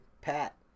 Pat